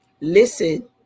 listen